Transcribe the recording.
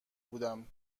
بودم